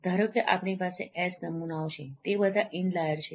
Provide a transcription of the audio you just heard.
ધારોકે આપણી પાસે S નમૂનાઓ છે તે બધા ઇનલાઈર છે